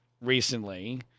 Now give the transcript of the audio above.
recently